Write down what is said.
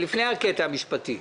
לפני הקטע המשפטי.